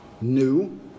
new